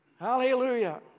Hallelujah